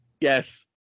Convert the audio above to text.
Yes